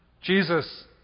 Jesus